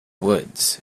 woods